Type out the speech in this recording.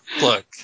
Look